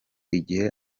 igihe